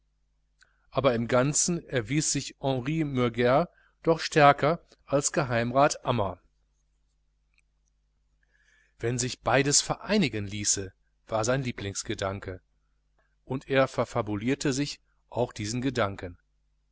aber im ganzen erwies sich henri mürger doch stärker als geheimrat ammer wenn sich beides vereinigen ließe war sein lieblingsgedanke und er verfabulierte sich auch diesen gedanken